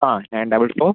ആ nine double four